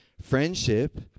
Friendship